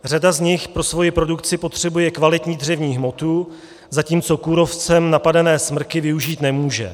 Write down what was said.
Řada z nich pro svoji produkci potřebuje kvalitní dřevní hmotu, zatímco kůrovcem napadené smrky využít nemůže.